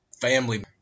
family